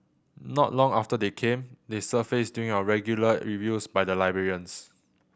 not long after they came they surfaced during our regular reviews by the librarians